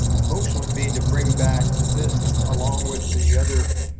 my motion would be to bring back this, along with the other,